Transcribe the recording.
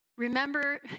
Remember